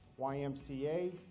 YMCA